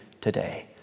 today